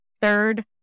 Third